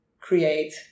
create